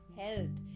health